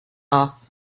off